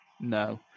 No